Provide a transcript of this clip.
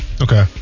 Okay